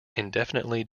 indefinitely